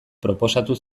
proposatu